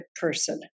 person